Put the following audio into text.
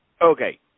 Okay